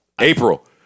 April